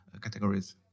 Categories